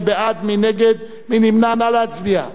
התשע"ב 2012. נא להצביע,